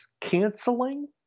canceling